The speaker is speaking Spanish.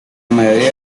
mayoría